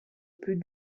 plus